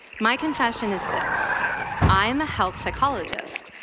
my confession is this i am a health psychologist,